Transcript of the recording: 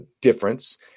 difference